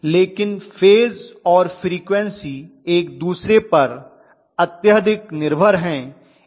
लेकिन फेज और फ्रीक्वन्सी एक दूसरे पर अत्यधिक निर्भर हैं